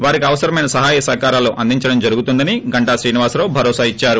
వారికి అవసరమైన సహాయ సహకారాలు అందించడం జరిగిందని గంటా శ్రీనివాసరావు భరోసా ఇచ్చారు